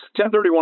1031